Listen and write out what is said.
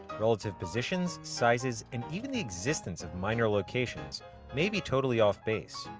relative positions, sizes, and even the existence of minor locations may be totally off-base.